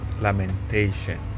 lamentation